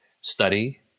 study